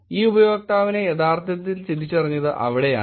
ഈ ഉപയോക്താവിനെ യഥാർത്ഥത്തിൽ തിരച്ചറിഞ്ഞത് അവിടെയാണ്